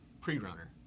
pre-runner